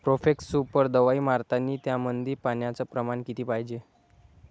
Profex super दवाई मारतानी त्यामंदी पान्याचं प्रमाण किती पायजे?